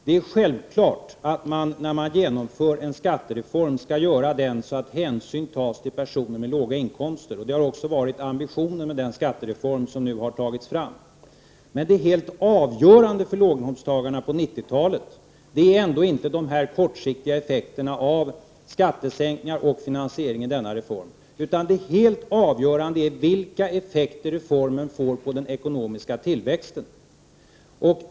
Det är självklart att man, när man genomför en skattereform, skall genomföra den så att hänsyn tas till personer med låga inkomster. Det har också varit ambitionen med den skattereform som nu har tagits fram. Men det helt avgörande för låginkomsttagarna på 90-talet är ändå inte de kortsiktiga effekterna av skattesänkningar och finansieringen av denna skattereform. Det helt avgörande är vilka effekter reformen får på den ekonomiska tillväxten.